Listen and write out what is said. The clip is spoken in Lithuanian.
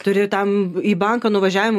turi tam į banką nuvažiavimu